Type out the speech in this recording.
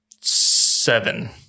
seven